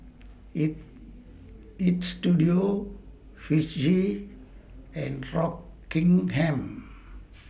Istudio Fujitsu and Rockingham